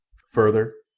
further,